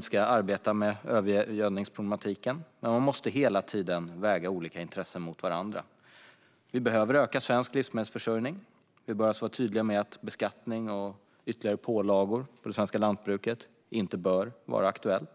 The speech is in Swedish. ska arbeta med övergödningsproblematiken. Men man måste hela tiden väga olika intressen mot varandra. Vi behöver öka svensk livsmedelsförsörjning. Vi bör alltså vara tydliga med att beskattning av och ytterligare pålagor på det svenska lantbruket inte bör vara aktuellt.